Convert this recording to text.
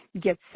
get